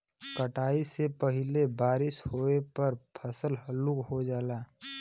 कटाई से पहिले बारिस होये पर फसल हल्लुक हो जाला